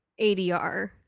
ADR